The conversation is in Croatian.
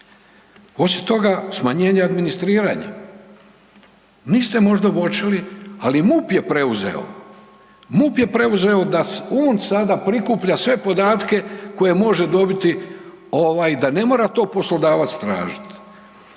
Osim toga, smanjenje administriranja. Niste možda uočili ali MUP je preuzeo da on sada prikuplja sve podatke koje može dobiti da ne mora to poslodavac tražiti,